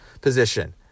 position